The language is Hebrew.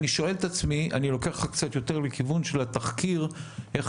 אני לוקח אותך קצת יותר לכיוון של התחקיר איך